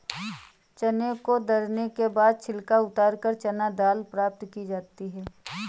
चने को दरने के बाद छिलका उतारकर चना दाल प्राप्त की जाती है